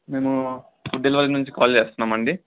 మేము food delivery నుంచి call చేస్తున్నాం అండి